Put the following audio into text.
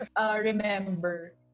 Remember